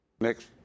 Next